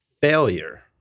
failure